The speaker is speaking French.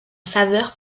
saveur